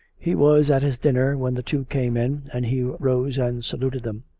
he was at his dinner when the two came in, and he rose and saluted them.